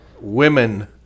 women